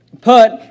put